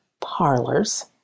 parlors